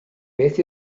beth